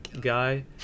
guy